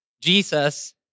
Jesus